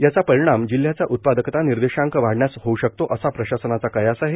याचा परिणाम जिल्ह्याचा उत्पादकता निर्देशांक वाढण्यास होऊ शकते असा प्रशासनाचा कयास आहे